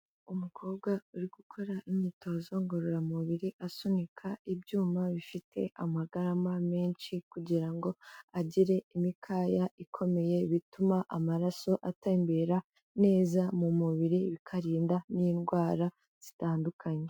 Umukobwa uri gukora imyitozo ngororamubiri, asunika ibyuma bifite amagarama menshi kugira ngo agire imikaya ikomeye bituma amaraso atembera neza mu mubiri, bikarinda n'indwara zitandukanye.